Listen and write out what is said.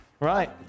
Right